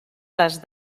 les